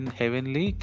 heavenly